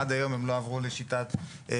עד היום הן לא עברו לשיטה החשבונאית